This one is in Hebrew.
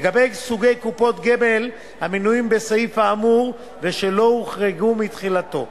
לגבי סוגי קופות גמל המנויים בסעיף האמור ושלא הוחרגו מתחולתו.